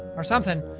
or something.